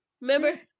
Remember